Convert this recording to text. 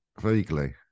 Vaguely